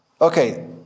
Okay